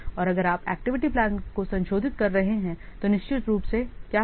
और अगर आप एक्टिविटी प्लान को संशोधित कर रहे हैं तो निश्चित रूप से क्या होगा